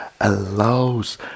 allows